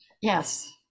yes